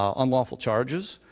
um unlawful charges,